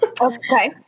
Okay